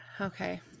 Okay